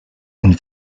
and